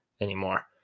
anymore